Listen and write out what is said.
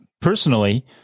personally